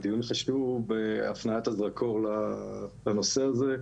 שהדיון חשוב בהפניית הזרקור לנושא הזה.